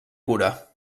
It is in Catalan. cura